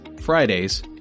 Fridays